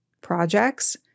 projects